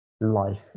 life